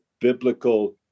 biblical